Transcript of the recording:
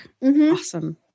awesome